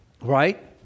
right